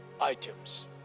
items